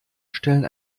stellen